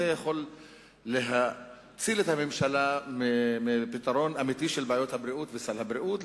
זה יכול להציל את הממשלה מפתרון אמיתי של בעיות הבריאות וסל הבריאות,